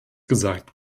gesagt